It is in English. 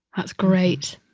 that's great.